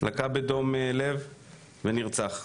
לקה בדום לב ונרצח,